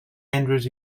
andrews